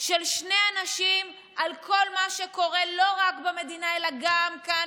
של שני אנשים על כל מה שקורה לא רק במדינה אלא גם כאן,